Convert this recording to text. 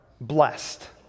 blessed